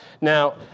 Now